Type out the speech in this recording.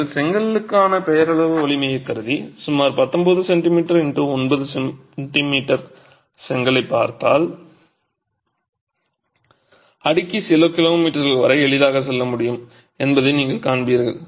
நீங்கள் செங்கலுக்கான பெயரளவு வலிமையைக் கருதி சுமார் 19 cm x 9 cm செங்கலைப் பார்த்தால் அடுக்கி சில கிலோமீட்டர்கள் வரை எளிதாகச் செல்ல முடியும் என்பதை நீங்கள் காண்பீர்கள்